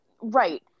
Right